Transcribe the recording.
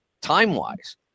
time-wise